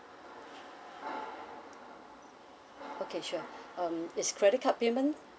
okay sure um is credit card payment